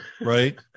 right